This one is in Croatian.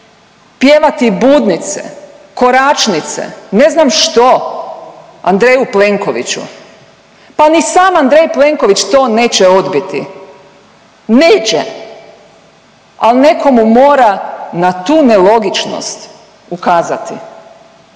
pjevati budnice, koračnice, ne znam što Andreju Plenkoviću, pa ni sam Andrej Plenković to neće odbiti. Neće. Ali netko mu mora na tu nelogičnost ukazati.